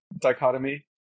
dichotomy